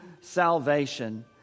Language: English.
salvation